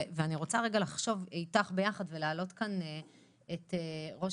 אני רוצה לחשוב יחד איתך ולהעלות כאן את ראש